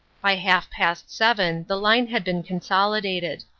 by half past seven the line had been consolidated.